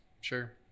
sure